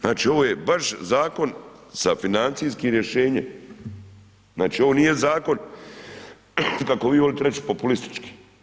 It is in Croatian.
Znači ovo je baš zakon sa financijskim rješenjem, znači ovo nije zakon kako bi volite reći populistički.